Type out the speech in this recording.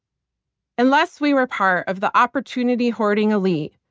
unless we were part of the opportunity hoarding elite,